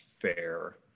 fair